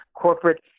corporate